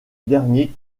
dernier